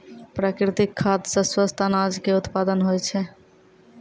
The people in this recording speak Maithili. प्राकृतिक खाद सॅ स्वस्थ अनाज के उत्पादन होय छै